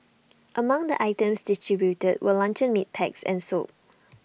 among the items distributed were luncheon meat packs and soap